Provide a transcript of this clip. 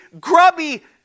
grubby